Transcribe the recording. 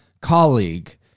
colleague